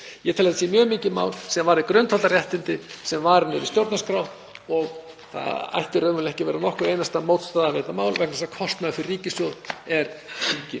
Ég tel að þetta sé mjög mikið mál sem varði grundvallarréttindi sem varin eru í stjórnarskrá og það ætti raunverulega ekki að vera nokkur einasta mótstaða við þetta mál vegna þess að kostnaður fyrir ríkissjóð er enginn